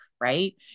right